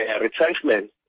retrenchment